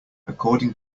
according